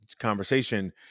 conversation